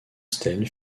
stèles